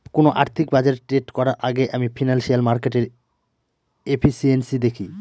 কোন আর্থিক বাজারে ট্রেড করার আগেই আমি ফিনান্সিয়াল মার্কেটের এফিসিয়েন্সি দেখি